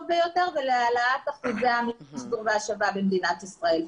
ביותר והעלאת אחוזי המיחזור וההשבה במדינת ישראל.